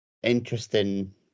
interesting